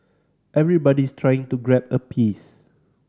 everybody's trying to grab a piece